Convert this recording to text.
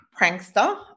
prankster